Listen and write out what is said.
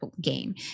game